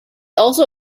also